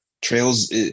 Trails